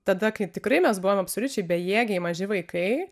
tada kai tikrai mes buvom absoliučiai bejėgiai maži vaikai